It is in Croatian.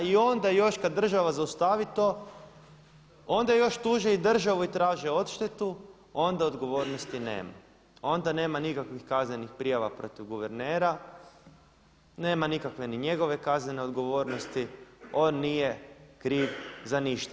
I onda još kad država zaustavi to onda još tuže i državu i traže odštetu, onda odgovornosti nema, onda nema nikakvih kaznenih prijava protiv guvernera, nema nikakve ni njegove kaznene odgovornosti, on nije kriv za ništa.